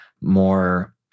more